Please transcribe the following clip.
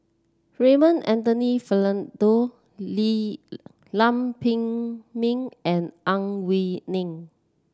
Raymond Anthony Fernando Lee Lam Pin Min and Ang Wei Neng